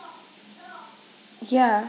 ya